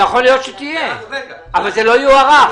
יכול להיות שתהיינה, אבל זה לא יוארך.